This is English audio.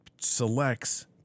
selects